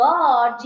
God